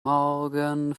morgen